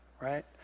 right